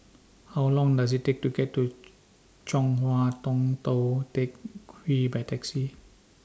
How Long Does IT Take to get to Chong Hua Tong Tou Teck Hwee By Taxi